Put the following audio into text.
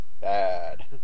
Bad